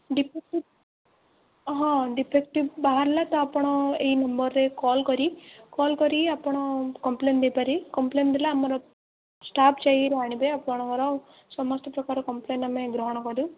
defective ହଁ defective ବାହାରିଲେ ତ ଆପଣ ଏଇ ନମ୍ବରରେ କଲ୍ କରି କଲ୍ କରି ଆପଣ କମ୍ପ୍ଲେନ୍ ଦେଇପାରିବେ କମ୍ପ୍ଲେନ୍ ଦେଲେ ଆମର ଷ୍ଟାଫ୍ ଯାଇକି ଆଣିବେ ଆପଣଙ୍କର ସମସ୍ତପ୍ରକାର କମ୍ପ୍ଲେନ୍ ଆମେ ଗ୍ରହଣ କରିବୁ